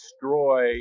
destroy